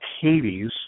Hades